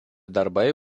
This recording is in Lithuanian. darbai